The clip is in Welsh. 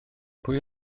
pwy